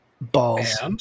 Balls